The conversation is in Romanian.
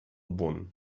bun